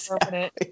permanent